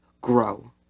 grow